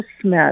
Smith